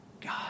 God